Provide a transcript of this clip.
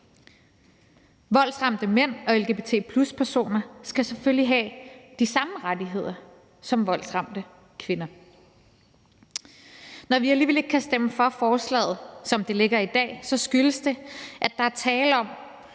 Voldsramte mænd og lgbt+-personer skal selvfølgelig have de samme rettigheder som voldsramte kvinder. Når vi alligevel ikke kan stemme for forslaget, som det ligger i dag, skyldes det, at der er tale om